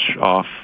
off